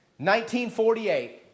1948